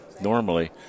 normally